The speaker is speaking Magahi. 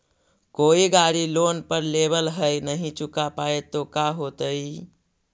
कोई गाड़ी लोन पर लेबल है नही चुका पाए तो का होतई?